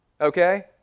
Okay